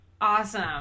Awesome